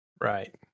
Right